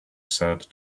said